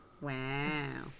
Wow